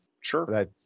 Sure